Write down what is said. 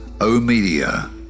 O-Media